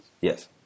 Yes